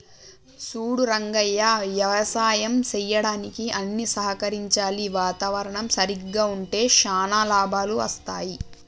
సూడు రంగయ్య యవసాయం సెయ్యడానికి అన్ని సహకరించాలి వాతావరణం సరిగ్గా ఉంటే శానా లాభాలు అస్తాయి